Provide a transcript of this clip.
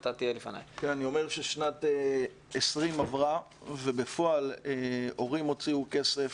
אני אומר ששנת 2020 עברה ובפועל הורים הוציאו כסף,